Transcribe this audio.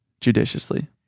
judiciously